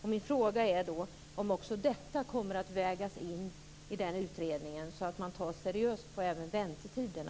Min fråga är om också detta kommer att vägas in i den utredningen, så att man tar seriöst även på frågan om väntetiderna.